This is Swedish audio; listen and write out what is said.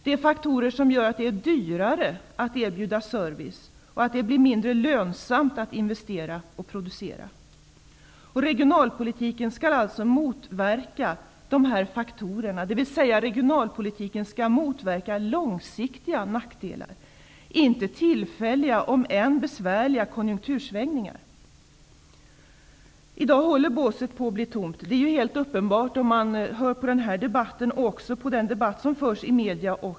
Det är faktorer som gör att det blir dyrare att erbjuda service och att det blir mindre lönsamt att investera och producera. Regionalpolitiken skall alltså motverka dessa faktorer, dvs. den skall motverka långsiktiga nackdelar, inte tillfälliga om än besvärliga konjunktursvängningar. I dag håller båset på att bli tomt. Det är helt uppenbart, när man lyssnar till den här debatten och också till den debatt som förs i medier.